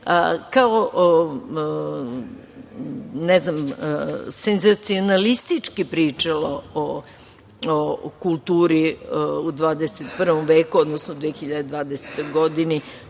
ne bi se senzacionalistički pričalo o kulturi u 21. veku, odnosno 2020. godini